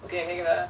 okay lah